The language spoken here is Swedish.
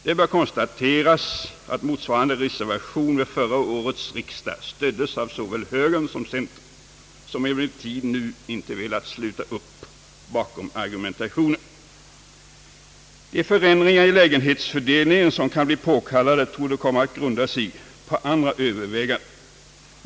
Det bör konstateras att motsvarande reservation vid föregående års riksdag stöddes av såväl högern som centern, som emellertid nu inte velat sluta upp bakom argumentationen. De förändringar i lägenhetsfördelningen som kan bli påkallade torde komma att grunda sig på andra öÖöverväganden.